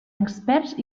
experts